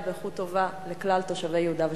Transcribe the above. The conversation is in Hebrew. באיכות טובה לכלל תושבי יהודה ושומרון?